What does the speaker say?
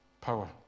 power